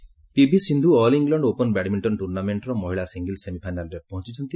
badminton PV Sindhu all England open badminton ଟୁର୍ଣ୍ଣାମେଣ୍ଟର ମହିଳା singles ସେମିଫାଇନାଲ୍ରେ ପହଞ୍ଚୁଛନ୍ତି